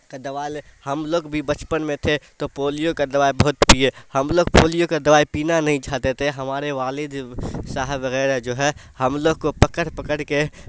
کی دوا لے ہم لوگ بھی بچپن میں تھے تو پولیو کا دوائی بہت پیے ہم لوگ پولیو کی دوائی پینا نہیں چاہتے تھے ہمارے والد صاحب وغیرہ جو ہے ہم لوگ کو پکڑ پکڑ کے